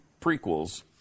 prequels